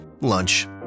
Lunch